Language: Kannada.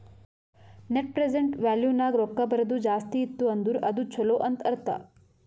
ನೆಟ್ ಪ್ರೆಸೆಂಟ್ ವ್ಯಾಲೂ ನಾಗ್ ರೊಕ್ಕಾ ಬರದು ಜಾಸ್ತಿ ಇತ್ತು ಅಂದುರ್ ಅದು ಛಲೋ ಅಂತ್ ಅರ್ಥ